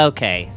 Okay